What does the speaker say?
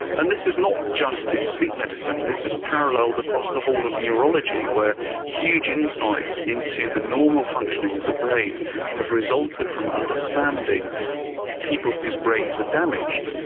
and this is not just in sleep medicine, this is paralleled across the whole of neurology where huge insights into the normal functioning of the brain have resulted from understanding people whose brains are damaged.